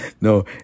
No